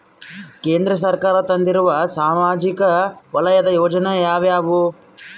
ಕೇಂದ್ರ ಸರ್ಕಾರ ತಂದಿರುವ ಸಾಮಾಜಿಕ ವಲಯದ ಯೋಜನೆ ಯಾವ್ಯಾವು?